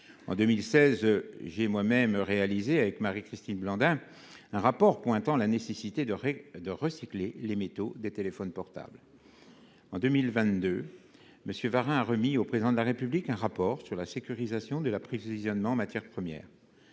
En 2016, j’ai moi même rendu, avec Marie Christine Blandin, un rapport d’information pointant la nécessité de recycler les métaux des téléphones portables. En 2022, M. Philippe Varin a remis au Président de la République un rapport sur la sécurisation de l’approvisionnement en matières premières.